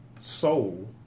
soul